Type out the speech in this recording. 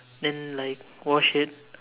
then like wash it